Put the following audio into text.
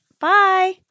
Bye